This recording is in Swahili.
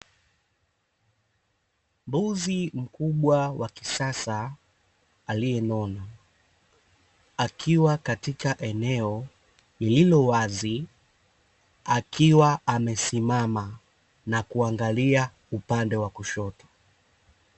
Mbuzi mkubwa wa kisasa aliyenona akiwa katika eneo lililo wazi, akiwa amesimama na kuangalia upande wa kushoto.